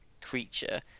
creature